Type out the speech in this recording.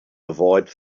avoid